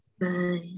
Bye